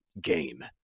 game